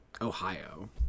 Ohio